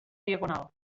diagonal